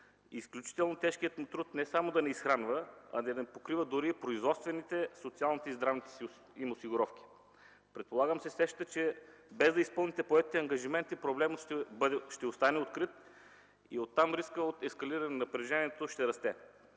изключително тежкият му труд не само да не го изхранва, а дори да не му покрива производствените, социалните и здравните осигуровки. Предполагам, досещате се, че без да изпълните поетите ангажименти, проблемът ще остане открит и оттам рискът от ескалиране на напрежението ще расте.